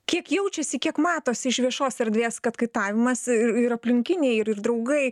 kiek jaučiasi kiek matosi iš viešos erdvės kad kaitavimas ir ir aplinkiniai ir draugai